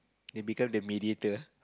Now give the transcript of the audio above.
they become the mediator